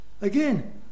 again